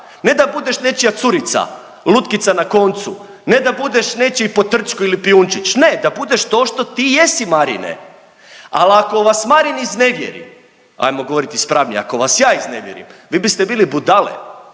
ne da budeš nečija curica, lutkica na koncu, ne da budeš nečiji potrčko ili pijunčić, ne, da budeš to što ti jesi Marine. Al ako vas Marin iznevjeri, ajmo govorit ispravnije, ako vas ja iznevjerim vi biste bili budale